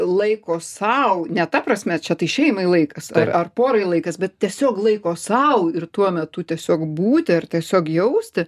laiko sau ne ta prasme čia tai šeimai laikas ar ar porai laikas bet tiesiog laiko sau ir tuo metu tiesiog būti ir tiesiog jausti